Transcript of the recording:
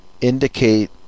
indicate